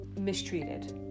mistreated